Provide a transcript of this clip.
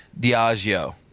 Diageo